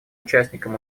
участником